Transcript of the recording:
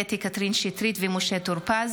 קטי קטרין שטרית ומשה טור פז